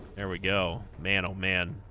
there we go man oh man